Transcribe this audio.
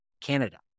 Canada